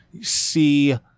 see—